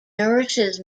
nourishes